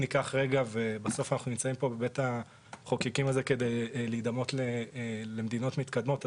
בסוף אנחנו נמצאים בבית המחוקקים הזה כדי להידמות למדינות מתקדמות,